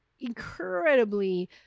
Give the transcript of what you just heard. incredibly